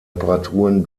reparaturen